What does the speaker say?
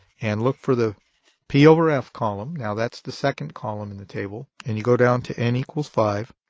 and look for the p over f column, now that's the second column in the table, and you go down to n equals five,